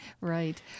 Right